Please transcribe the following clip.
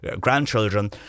grandchildren